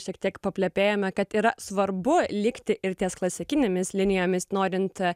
šiek tiek paplepėjome kad yra svarbu likti ir ties klasikinėmis linijomis norint